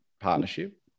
partnership